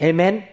Amen